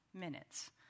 minutes